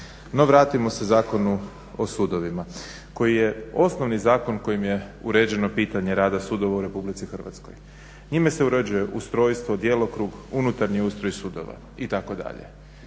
vratimo se Zakonu o sudovima koji je osnovni zakon kojim je uređeno pitanje rada sudova u RH. Njime se uređuje ustrojstvo, djelokrug, unutarnji ustroj sudova itd.